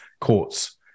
courts